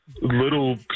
little